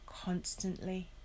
constantly